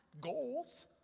Goals